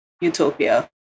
utopia